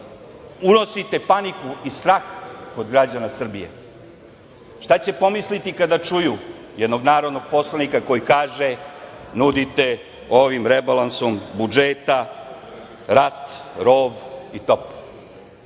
unosite paniku i strah kod građana Srbije? Šta će pomisliti kada čuju jednog narodnog poslanika koji kaže, nudite ovim rebalansom budžeta rat, rov i